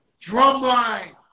Drumline